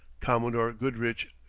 commodore goodridge,